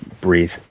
breathe